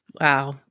Wow